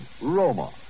Roma